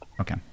okay